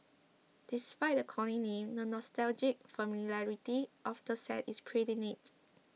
despite the corny name the nostalgic familiarity of the set is pretty neat